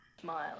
Smile